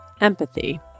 empathy